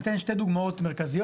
אני אתן שתי דוגמאות מרכזיות,